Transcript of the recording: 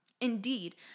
Indeed